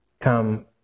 come